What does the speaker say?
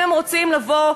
ואם הם רוצים לבוא,